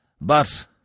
But